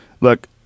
Look